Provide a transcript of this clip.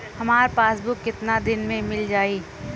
हमार पासबुक कितना दिन में मील जाई?